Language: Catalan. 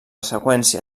seqüència